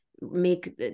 make